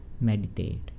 meditate